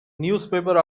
newspaper